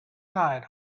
night